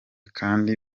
kandi